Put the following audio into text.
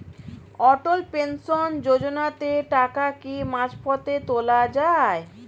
অটল pension যোজনাতে টাকা কি মাঝপথে তোলা যায়?